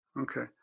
Okay